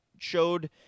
showed